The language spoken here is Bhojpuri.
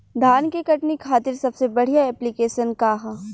धान के कटनी खातिर सबसे बढ़िया ऐप्लिकेशनका ह?